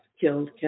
killed